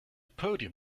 podium